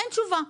אין תשובה.